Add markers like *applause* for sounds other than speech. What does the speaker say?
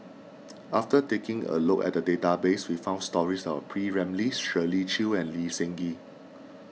*noise* after taking a look at the database we found stories about P Ramlee Shirley Chew and Lee Seng Gee